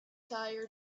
tired